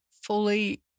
fully